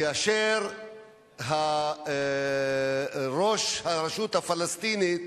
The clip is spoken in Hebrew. כאשר ראש הרשות הפלסטינית,